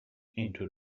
into